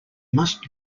must